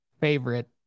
favorite